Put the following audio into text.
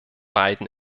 beiden